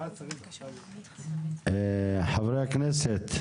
חברי הכנסת.